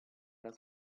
era